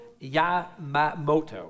Yamamoto